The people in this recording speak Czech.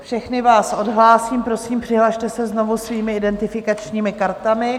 Všechny vás odhlásím, prosím, přihlaste se znovu svými identifikačními kartami.